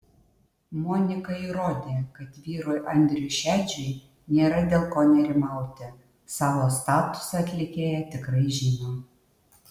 monika įrodė kad vyrui andriui šedžiui nėra dėl ko nerimauti savo statusą atlikėja tikrai žino